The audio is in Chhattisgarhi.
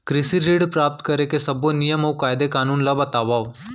कृषि ऋण प्राप्त करेके सब्बो नियम अऊ कायदे कानून ला बतावव?